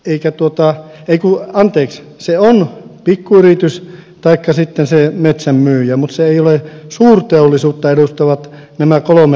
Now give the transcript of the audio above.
eikä tuota ei kuulu anteeksi se on pikkuyritys taikka sitten se metsän myyjä mutta se ei ole suurteollisuutta edustavat nämä kolme jättiä